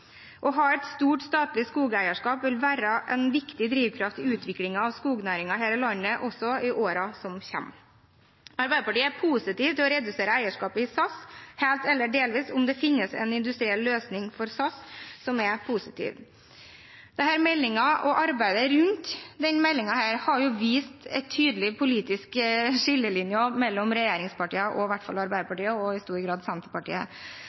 Å ha et stort statlig skogeierskap vil være en viktig drivkraft i utviklingen av skognæringen her i landet også i årene som kommer. Arbeiderpartiet er positiv til å redusere eierskapet i SAS – helt eller delvis om det finnes en industriell løsning for SAS som er positiv. Denne meldingen og arbeidet rundt denne meldingen har vist tydelige politiske skillelinjer mellom regjeringspartiene og i hvert fall Arbeiderpartiet og i stor grad Senterpartiet.